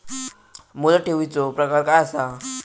मुदत ठेवीचो प्रकार काय असा?